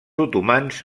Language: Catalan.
otomans